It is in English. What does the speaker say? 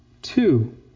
Two